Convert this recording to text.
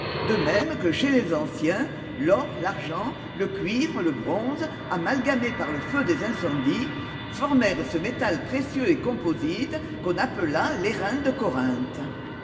de même que chez les anciens l'or l'argent le cuivre le bronze amalgamés par le feu des incendies formèrent ce métal précieux et composite qu'on appela l'airain de